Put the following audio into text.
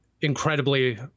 incredibly